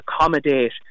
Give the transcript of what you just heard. accommodate